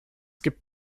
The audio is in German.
gibt